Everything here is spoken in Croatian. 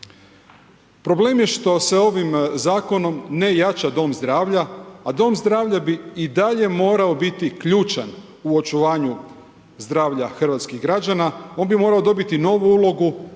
Problem je što se ovim zakonom ne jača dom zdravlja, a dom zdravlja bi i dalje morao biti ključan u očuvanja zdravlja hrvatskih građana. On bi morao dobiti novu ulogu